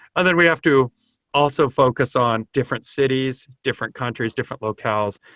and then we have to also focus on different cities, different countries, different locales.